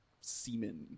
semen